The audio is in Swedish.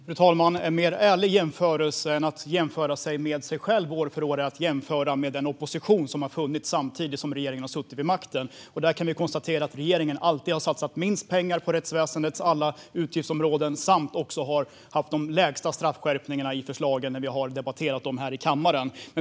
Frau talman! En mer ärlig jämförelse än att jämföra sig med sig själv år från år är att jämföra med den opposition som har funnits samtidigt som regeringen har suttit vid makten. Där kan vi konstatera att regeringen alltid har satsat minst pengar på rättsväsendets alla utgiftsområden samt har haft de lägsta straffskärpningarna i förslagen när vi har debatterat dem här i kammaren.